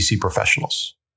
professionals